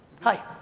Hi